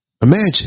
Imagine